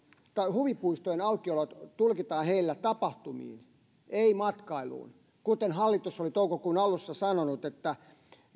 huvipuistojen aukiolot tulkitaan heillä tapahtumiin ei matkailuun hallitus oli toukokuun alussa sanonut että